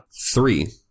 Three